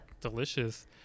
delicious